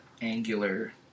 angular